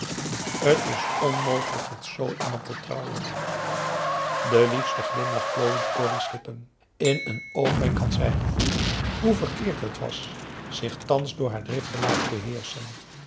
het is onmogelijk met zoo iemand te trouwen de liefste glimlach plooide corrie's lippen in een oogwenk had zij gevoeld hoe verkeerd het was zich thans door haar drift te laten beheerschen